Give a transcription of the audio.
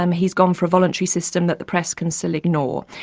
um he's gone for a voluntary system that the press can still ignore.